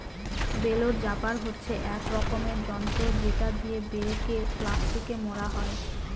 bell wrapper হচ্ছে এক রকমের যন্ত্র যেটা দিয়ে বেল কে প্লাস্টিকে মোড়া হয়